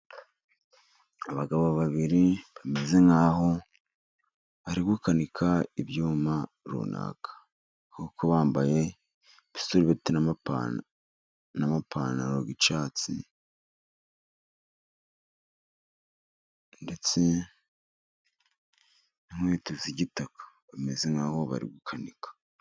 Abagabo babiri bameze nkaho bari gukanika ibyuma runaka, kuko bambaye ibisarubeti n'amapantaro y'icyatsi, ndetse n'inkweto z'igitaka, bameze nkahobari gukanika